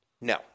No